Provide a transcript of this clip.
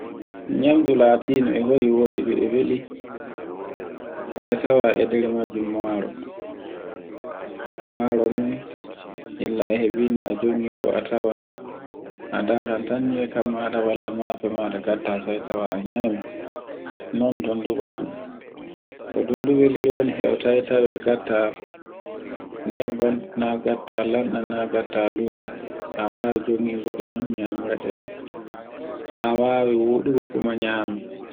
Nyamdu latindu e huwe wiɗundu e weli, e tawa e nder majjun maro, maro non, illa e heɓi no a jenngi fu a tawan a darran tan niya kammaɗa walla mafe maɗa ngatta sai tawa a nyami. Nun dundubo, ko dundubo welirini hawtantawe ngatta nebban na gatta lanɗan na ngatta lumo. ta wawi jonge goɗe non nyamiraɗe non, a wawi wuɗugo kuma nyama.